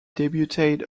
debuted